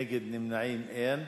נגד ונמנעים, אין.